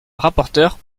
rapporteur